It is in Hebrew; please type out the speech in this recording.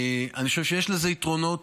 אני חושב שיש לזה יתרונות,